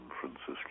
Francisco